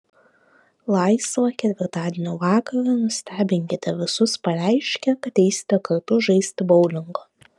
laisvą ketvirtadienio vakarą nustebinkite visus pareiškę kad eisite kartu žaisti boulingo